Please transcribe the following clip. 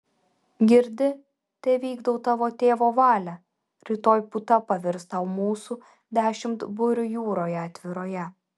girdi tevykdau tavo tėvo valią rytoj puta pavirs tau mūsų dešimt burių jūroje atviroje